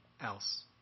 else